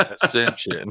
Ascension